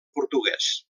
portuguès